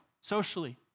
socially